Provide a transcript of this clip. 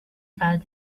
about